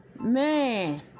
Man